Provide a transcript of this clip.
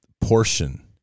portion